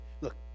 Look